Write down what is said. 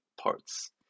parts